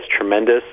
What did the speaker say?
tremendous